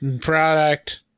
product